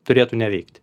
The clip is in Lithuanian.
turėtų neveikti